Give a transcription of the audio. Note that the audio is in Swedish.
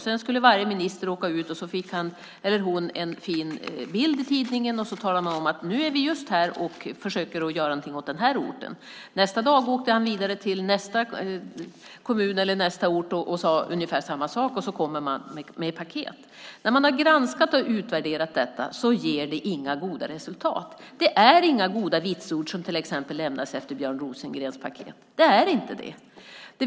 Sedan skulle varje minister åka ut i landet - han eller hon fick en fin bild i tidningen - och tala om att man var här och försökte göra något för just den orten. Nästa dag åkte ministern vidare till nästa kommun eller ort och sade ungefär samma sak, och sedan lades paket fram. Granskningar och utvärderingar har visat att detta inte har gett några goda resultat. Det finns inga goda vitsord efter Björn Rosengrens paket.